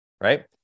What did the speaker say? Right